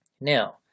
Now